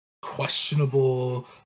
questionable